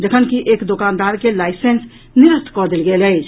जखनकि एक दोकानदार के लाईसेंस निरस्त कऽ देल गेल अछि